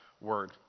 word